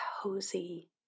cozy